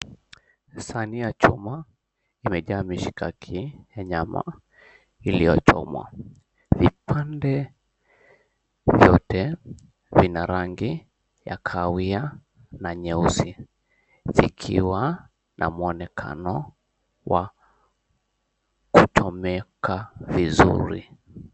Sahani ya chuma, imejaa mishikaki ya nyama, iliyochomwa. Vipande vyote, vina rangi ya kahawia na nyeusi, vikiwa na muonekano wa kuchomeka vizuri.